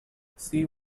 sea